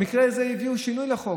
במקרה הזה הביאו שינוי לחוק.